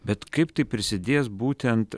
bet kaip tai prisidės būtent